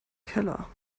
keller